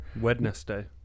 Wednesday